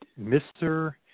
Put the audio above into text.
Mr